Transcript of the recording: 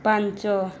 ପାଞ୍ଚ